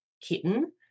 kitten